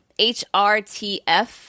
HRTF